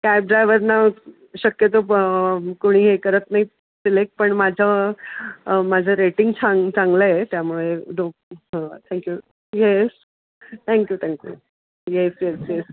cab ड्रायव्हरना शक्यतो कोणी हे करत नाही सिलेक्ट पण माझं माझं रेटिंग छान चांगलं आहे त्यामुळे डो हो thank you yes thank you thank you yes yes yes